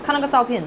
看那个照片